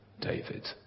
David